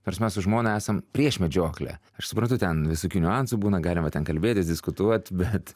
nors mes su žmona esam prieš medžioklę aš suprantu ten visokių niuansų būna galima ten kalbėtis diskutuot bet